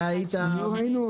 שמעתי את הנאום.